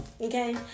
okay